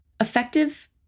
Effective